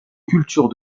culture